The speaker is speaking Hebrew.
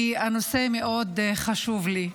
כי הנושא מאוד חשוב לי.